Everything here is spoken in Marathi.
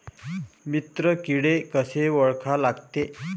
मित्र किडे कशे ओळखा लागते?